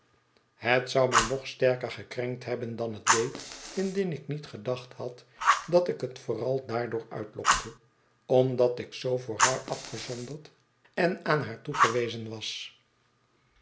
het zou mij nog sterker gekrenkt hebben dan het deed indien ik niet gedacht had dat ik het vooral daardoor uitlokte omdat ik zoo voor haar afgezonderd en aan haar toegewezen vas